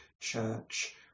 Church